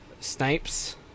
Snipes